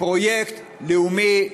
כפרויקט לאומי מועדף,